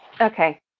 okay